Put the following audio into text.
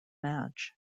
match